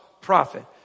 prophet